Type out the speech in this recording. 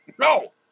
No